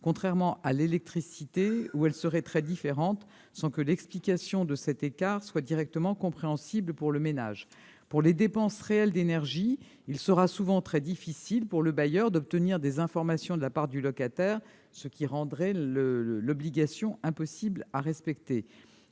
contrairement à l'électricité où elles seraient très différentes, sans que l'explication de cet écart soit directement compréhensible pour le ménage. Pour les dépenses réelles d'énergie, il sera souvent très difficile, pour le bailleur, d'obtenir des informations de la part du locataire, ce qui rendrait l'obligation impossible à respecter.